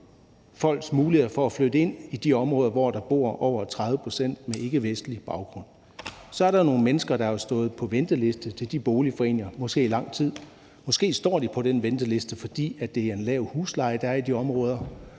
folks muligheder for at flytte ind i de områder, hvor der bor over 30 pct. med ikkevestlig baggrund. Så er der nogle mennesker, der har stået på venteliste til de boligforeninger, måske i lang tid, og måske står de på den venteliste, fordi det er en lav husleje, der er i de områder,